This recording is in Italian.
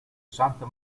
santa